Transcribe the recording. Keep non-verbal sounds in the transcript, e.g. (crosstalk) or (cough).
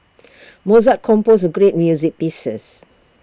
(noise) Mozart composed great music pieces